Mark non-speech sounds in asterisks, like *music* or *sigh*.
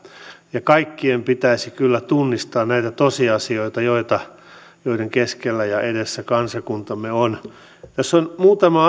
ja kaikkien pitäisi kyllä tunnistaa näitä tosiasioita joiden keskellä ja edessä kansakuntamme on tässä on muutama *unintelligible*